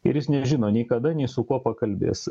ir jis nežino nei kada nei su kuo pakalbės